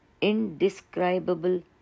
indescribable